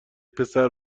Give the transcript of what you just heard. پسره